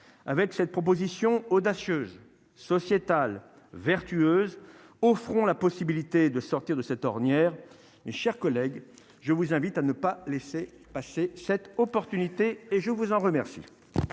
avec cette proposition audacieuse sociétal vertueuse offrons la possibilité de sortir de cette ornière, mes chers collègues, je vous invite à ne pas laisser passer cette opportunité et je vous en remercie.